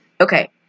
Okay